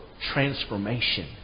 transformation